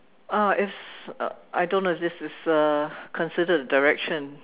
uh is uh I don't know if this is uh considered the direction